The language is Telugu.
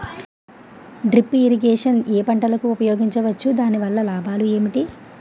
డ్రిప్ ఇరిగేషన్ ఏ పంటలకు ఉపయోగించవచ్చు? దాని వల్ల లాభాలు ఏంటి?